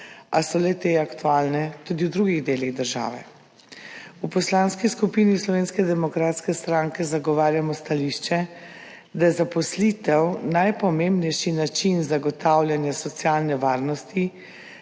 a so le-te aktualne tudi v drugih delih države. V Poslanski skupini Slovenske demokratske stranke zagovarjamo stališče, da jezaposlitev najpomembnejši način zagotavljanja socialne varnosti,